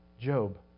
Job